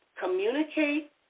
communicate